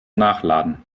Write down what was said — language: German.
nachladen